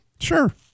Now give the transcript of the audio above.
Sure